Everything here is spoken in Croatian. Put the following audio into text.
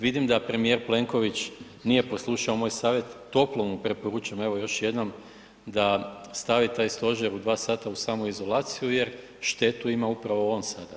Vidim da premijer Plenković nije poslušao moj savjet, toplo mu preporučam evo još jednom da stavi taj stožer u 2 sata u samoizolaciju jer štetu ima upravo on sada.